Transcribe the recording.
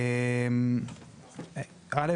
א',